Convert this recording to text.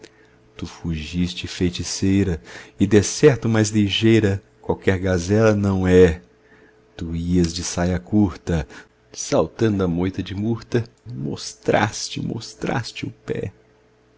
tu fugiste feiticeira e decerto mais ligeira qualquer gazela não é tu ias de saia curta saltando a moita de murta mostraste mostraste o pé